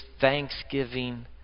thanksgiving